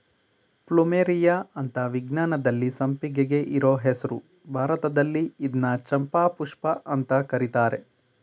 plumeria ಅಂತ ವಿಜ್ಞಾನದಲ್ಲಿ ಸಂಪಿಗೆಗೆ ಇರೋ ಹೆಸ್ರು ಭಾರತದಲ್ಲಿ ಇದ್ನ ಚಂಪಾಪುಷ್ಪ ಅಂತ ಕರೀತರೆ